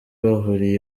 bahuriye